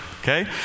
okay